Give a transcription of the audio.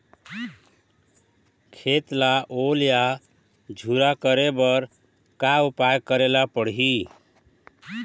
खेत ला ओल या झुरा करे बर का उपाय करेला पड़ही?